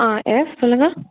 ஆ yes சொல்லுங்கள்